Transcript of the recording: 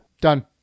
Done